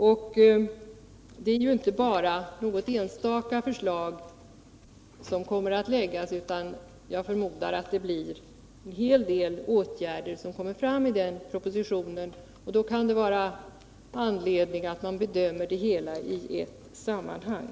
Och det är inte bara något enstaka förslag som kommer att läggas, utan jag förmodar att det blir en hel del åtgärder som kommer fram i den här propositionen. Då kan det vara anledning att bedöma det hela i ett sammanhang.